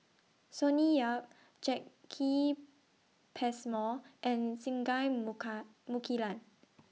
Sonny Yap Jacki Passmore and Singai Mukilan